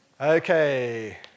Okay